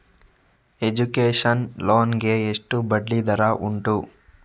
Education loan ಗೆ ಎಷ್ಟು ಬಡ್ಡಿ ದರ ಉಂಟು?